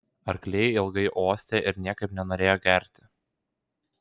arkliai ilgai uostė ir niekaip nenorėjo gerti